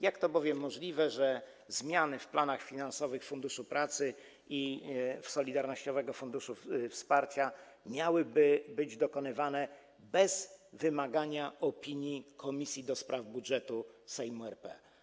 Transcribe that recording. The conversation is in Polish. Jak to możliwe, że zmiany w planach finansowych Funduszu Pracy i solidarnościowego funduszu wsparcia miałyby być dokonywane bez opinii komisji do spraw budżetu Sejmu RP?